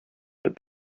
but